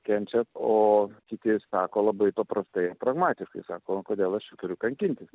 kenčia o kiti sako labai paprastai pragmatiškai sako o kodėl aš čia turiu kankintis